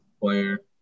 player